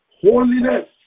holiness